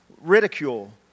Ridicule